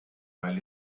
weil